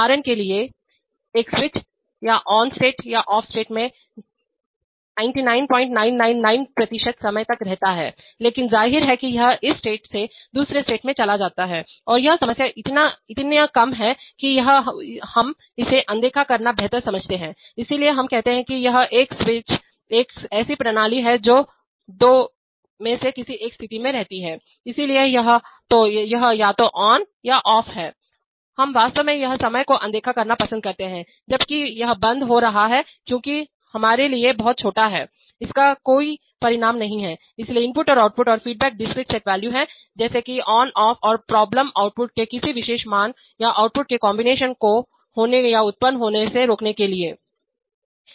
उदाहरण के लिए एक स्विच यह ऑन स्टेट या ऑफ स्टेट में 99999 प्रतिशत समय तक रहता है लेकिन जाहिर है कि यह इस स्टेट से दूसरे स्टेट में चला जाता है और यह समय इतना कम है कि हम इसे अनदेखा करना बेहतर समझते हैं इसलिए हम कहते हैं कि यह है एक स्विच एक ऐसी प्रणाली है जो दो में से किसी एक स्थिति में रहती है इसलिए यह या तो ऑन या ऑफ है हम वास्तव में उस समय को अनदेखा करना पसंद करते हैं जब यह बंद हो रहा है क्योंकि यह हमारे लिए बहुत छोटा है इसका कोई परिणाम नहीं है इसलिए इनपुट और आउटपुट और फीडबैक डिस्क्रीट सेट वैल्यू हैं जैसे कि ऑन ऑफ और प्रॉब्लम आउटपुट के किसी विशेष मान या आउटपुट के कॉम्बिनेशन के होने या उत्पन्न होने से रोकने के लिए है